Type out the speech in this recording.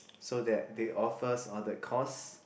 so that they offers all the course